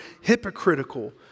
hypocritical